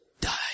die